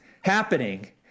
happening